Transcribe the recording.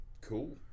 Cool